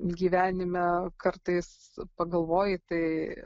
gyvenime kartais pagalvoji tai